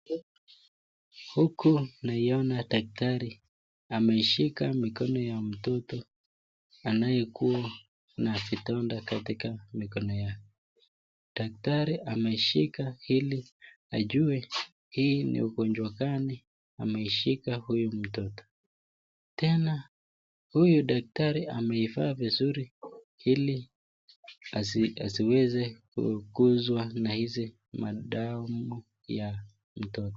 Huku naiona daktari, ameshika mikono ya mtoto, anayekuwa na vidonda katika mikono yake, daktari ameshika hili, ajue hii ni ugonjwa gani, ameshila huyu mtoto, tena huyu daktari amevaa vizuri, hili, asiweze kuguzwana hizi madamu ya mtoto.